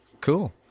Cool